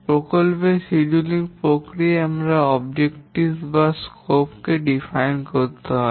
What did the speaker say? project scheduling প্রক্রিয়ায় আমাদের উদ্দেশ্য বা সুযোগ কে সংজ্ঞায়িত করতে হবে